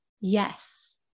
yes